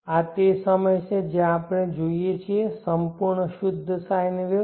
આ તે છે જે આપણે જોઈએ છે સંપૂર્ણ શુદ્ધ sine વેવ